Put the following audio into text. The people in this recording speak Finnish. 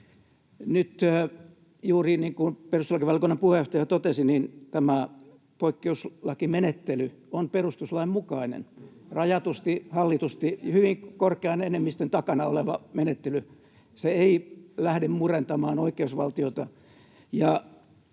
Nyt, juuri niin kuin perustuslakivaliokunnan puheenjohtaja totesi, tämä poikkeuslakimenettely on perustuslain mukainen — rajatusti, hallitusti hyvin korkean enemmistön takana oleva menettely. Se ei lähde murentamaan oikeusvaltiota.